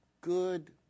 good